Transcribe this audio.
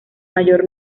mayor